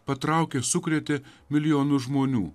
patraukė sukrėtė milijonus žmonių